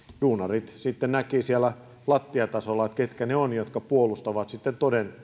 duunarit sitten näkivät siellä lattiatasolla että ketkä ne ovat jotka puolustavat sitten